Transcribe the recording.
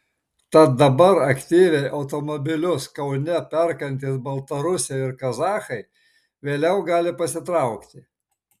tad dabar aktyviai automobilius kaune perkantys baltarusiai ir kazachai vėliau gali pasitraukti